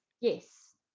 Yes